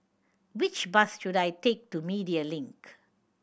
which bus should I take to Media Link